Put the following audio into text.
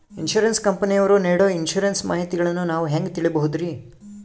Insurance ಕಂಪನಿಯವರು ನೇಡೊ insurance ಮಾಹಿತಿಗಳನ್ನು ನಾವು ಹೆಂಗ ತಿಳಿಬಹುದ್ರಿ?